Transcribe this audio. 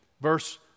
Verse